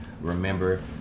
remember